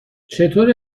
چطور